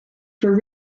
for